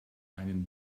einen